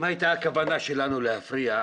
אם הכוונה שלנו הייתה להפריע,